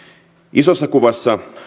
isossa kuvassa